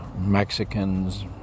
Mexicans